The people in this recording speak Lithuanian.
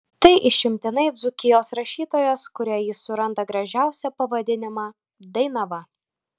tai išimtinai dzūkijos rašytojas kuriai jis suranda gražiausią pavadinimą dainava